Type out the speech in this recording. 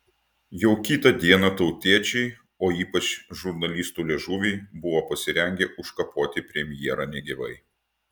jau kitą dieną tautiečiai o ypač žurnalistų liežuviai buvo pasirengę užkapoti premjerą negyvai